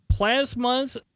plasmas